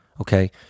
okay